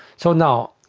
so now,